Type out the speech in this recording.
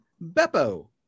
Beppo